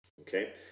Okay